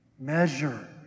measure